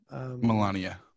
Melania